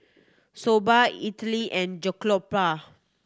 Soba Idili and Jokbal